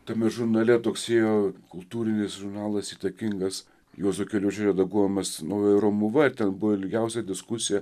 tame žurnale toks ėjo kultūrinis žurnalas įtakingas juozo keliuočio redaguojamas naujoji romuva ir ten buvo ilgiausia diskusija